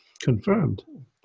confirmed